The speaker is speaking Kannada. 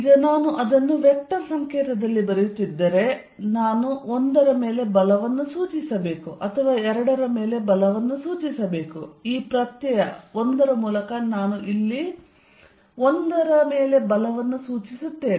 ಈಗ ನಾನು ಅದನ್ನು ವೆಕ್ಟರ್ ಸಂಕೇತದಲ್ಲಿ ಬರೆಯುತ್ತಿದ್ದರೆ ನಾನು 1 ರ ಮೇಲೆ ಬಲವನ್ನು ಸೂಚಿಸಬೇಕು ಅಥವಾ 2 ರ ಮೇಲೆ ಬಲವನ್ನು ಸೂಚಿಸಬೇಕು ಈ ಪ್ರತ್ಯಯ 1 ರ ಮೂಲಕ ನಾನು ಇಲ್ಲಿ 1 ರ ಮೇಲೆ ಬಲವನ್ನು ಸೂಚಿಸುತ್ತೇನೆ